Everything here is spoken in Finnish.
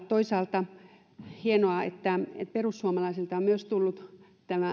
toisaalta on hienoa että perussuomalaisilta on myös tullut